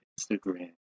Instagram